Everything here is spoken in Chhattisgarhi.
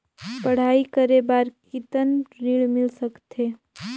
पढ़ाई करे बार कितन ऋण मिल सकथे?